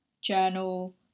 journal